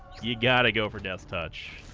you got to go for death touch